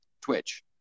Twitch